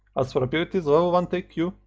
as for abilities, lvl one take q,